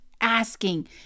asking